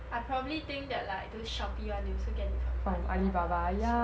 I probably think that like those shopee one they also get it from alibaba so